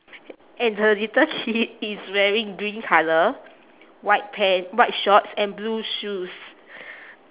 and the little kid is wearing green colour white pan~ white shorts and blue shoes